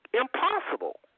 Impossible